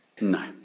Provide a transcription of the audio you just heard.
No